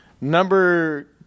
Number